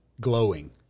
glowing